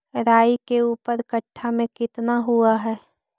राई के ऊपर कट्ठा में कितना हुआ है?